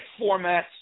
formats